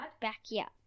Backyard